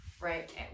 right